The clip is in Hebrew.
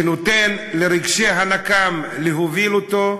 שנותן לרגשי הנקם להוביל אותו,